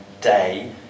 day